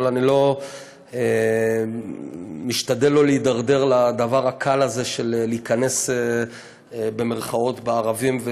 אבל אני משתדל לא להידרדר לדבר הקל הזה של "להיכנס בערבים" במירכאות,